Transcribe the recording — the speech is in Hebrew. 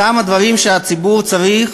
אותם הדברים שהציבור צריך